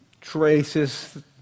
traces